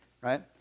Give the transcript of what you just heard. right